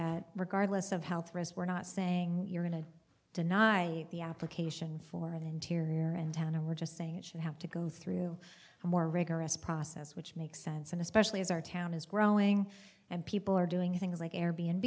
that regardless of health rez we're not saying you're going to deny the application for interior and town and we're just saying it should have to go through a more rigorous process which makes sense and especially as our town is growing and people are doing things like air b